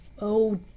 Oh